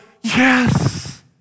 yes